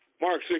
Mark